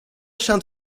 känt